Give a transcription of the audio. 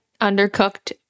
undercooked